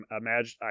imagine